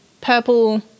purple